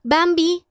Bambi